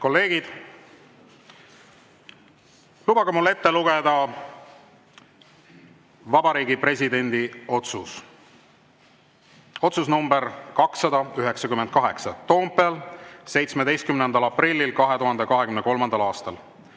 kolleegid! Lubage mul ette lugeda Vabariigi Presidendi otsus. Otsus nr 298, Toompeal 17. aprillil 2023. aastal.